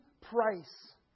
price